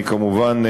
אני כמובן,